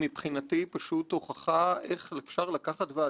הנה מסכמת ומסיימת בצורה מרשימה מאוד.